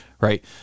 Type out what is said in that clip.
right